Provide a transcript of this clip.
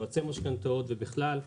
יועצי משכנתאות ובכלל.